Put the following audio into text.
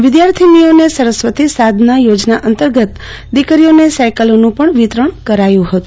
વિદ્યાર્થિનીઓને સરસ્વતી સાધના યોજના અંતર્ગત દીકરીઓને સાઈકલોનું પણ વિતરણ કરાયું હતું